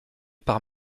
par